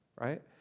right